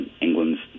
England's